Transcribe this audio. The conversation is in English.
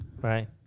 right